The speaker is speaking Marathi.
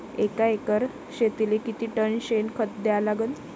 एका एकर शेतीले किती टन शेन खत द्या लागन?